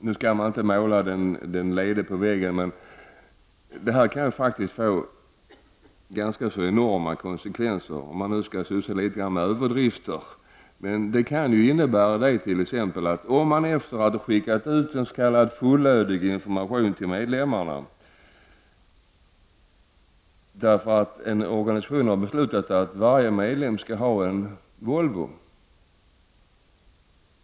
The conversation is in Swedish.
Nu skall man inte måla den lede på väggen, men det här kan ju faktiskt få ganska enorma konsekvenser, om man nu skall använda sig av litet överdrifter. Det kan t.ex. innebära följande. En s.k. fullödig information har skickats ut till medlemmarna om att organisationen har beslutat att varje medlem skall ha en Volvo.